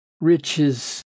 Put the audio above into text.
riches